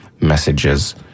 messages